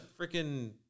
freaking